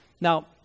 Now